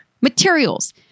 materials